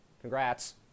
congrats